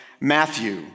Matthew